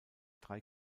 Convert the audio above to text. drei